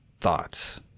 thoughts